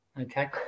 Okay